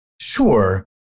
Sure